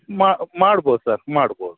ಮಾ ಮಾಡ್ಬೌದು ಸರ್ ಮಾಡ್ಬೌದು